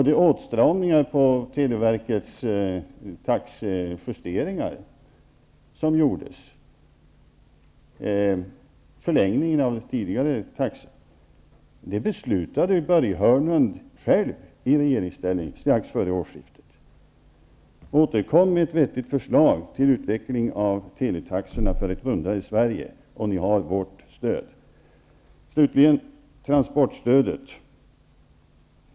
De åtstramningar som gjordes i form av taxejusteringar, vilket ledde till förlängningen av tidigare taxa, beslutade Börje Hörnlund själv om i regeringsställning strax före årsskiftet. Återkom med ett vettigt förslag till utveckling av teletaxorna för ett rundare Sverige och ni har vårt stöd. Slutligen till transportstödet.